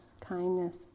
kindness